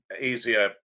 easier